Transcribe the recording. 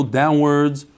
downwards